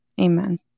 Amen